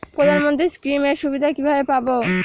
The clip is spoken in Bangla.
প্রধানমন্ত্রী স্কীম এর সুবিধা কিভাবে পাবো?